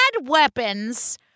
weapons